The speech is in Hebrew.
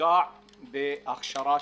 יושקע בהכשרה?